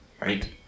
Right